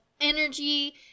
energy